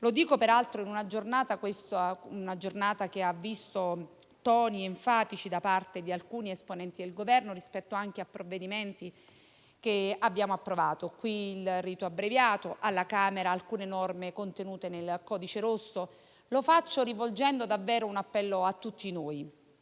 Lo dico peraltro in una giornata che ha visto toni enfatici da parte di alcuni esponenti del Governo rispetto anche a provvedimenti che abbiamo approvato: qui il rito abbreviato, alla Camera alcune norme contenute nel codice rosso. Lo faccio rivolgendo davvero un appello a tutti noi.